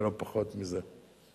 ולא פחות מזה.